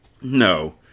No